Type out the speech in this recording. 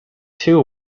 two